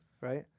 right